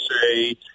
say